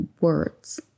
words